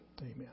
amen